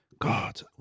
God